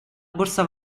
borsa